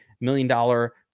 million-dollar